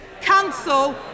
cancel